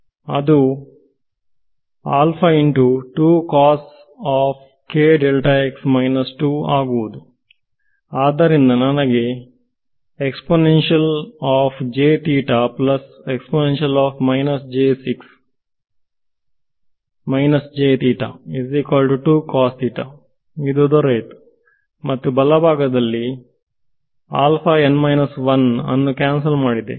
ಅದು ಆಗುವುದು ಆದ್ದರಿಂದ ನನಗೆ ಇದು ದೊರೆಯಿತು ಮತ್ತು ಬಲಭಾಗದಲ್ಲಿ ನಾನು ಅನ್ನು ಕ್ಯಾನ್ಸಲ್ ಮಾಡಿದೆ